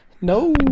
No